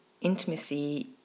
Intimacy